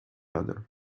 other